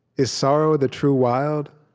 is sorrow the true wild?